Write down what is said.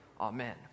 Amen